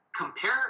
compare